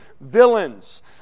villains